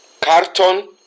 Carton